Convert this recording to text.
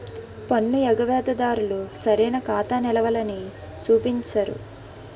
పన్ను ఎగవేత దారులు సరైన ఖాతా నిలవలని చూపించరు